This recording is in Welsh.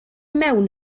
mewn